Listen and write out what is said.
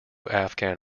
afghan